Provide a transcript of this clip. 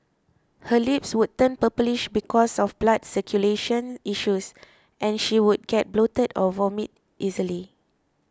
her lips would turn purplish because of blood circulation issues and she would get bloated or vomit easily